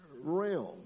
realm